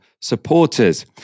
supporters